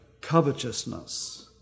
covetousness